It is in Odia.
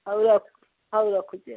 ହଉ ରଖ୍ ହଉ ରଖୁଛି ଆଉ